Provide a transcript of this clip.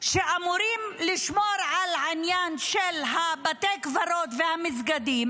שאמורים לשמור על העניין של בתי הקברות והמסגדים.